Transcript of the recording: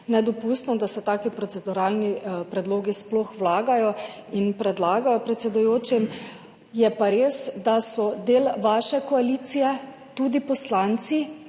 nedopustno, da se taki proceduralni predlogi sploh vlagajo in predlagajo predsedujočim. Je pa res, da so del vaše koalicije tudi poslanci,